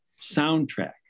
soundtrack